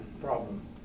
problem